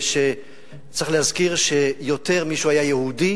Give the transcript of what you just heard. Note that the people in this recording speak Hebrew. שצריך להזכיר שיותר ממה שהוא היה יהודי